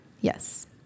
Yes